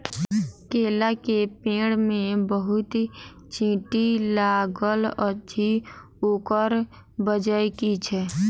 केला केँ पेड़ मे बहुत चींटी लागल अछि, ओकर बजय की छै?